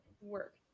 work